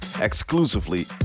exclusively